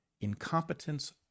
incompetence